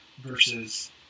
versus